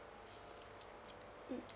mm